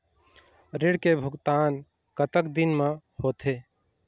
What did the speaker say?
ऋण के भुगतान कतक दिन म होथे?